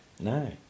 no